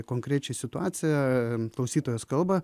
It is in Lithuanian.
konkrečią situaciją klausytojas kalba